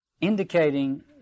indicating